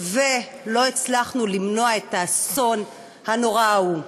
ולא הצלחנו למנוע את האסון הנורא ההוא.